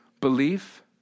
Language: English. belief